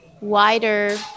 wider